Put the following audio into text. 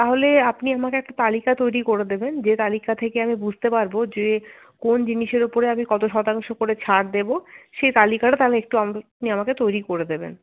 তাহলে আপনি আমাকে একটা তালিকা তৈরি করে দেবেন যে তালিকা থেকে আমি বুঝতে পারব যে কোন জিনিসের উপরে আমি কত শতাংশ করে ছাড় দেব সেই তালিকাটা তাহলে একটু আমি আপনি আমাকে তৈরি করে দেবেন